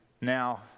Now